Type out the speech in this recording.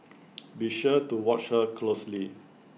be sure to watch her closely